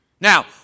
Now